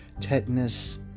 tetanus